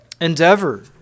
endeavor